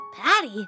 Patty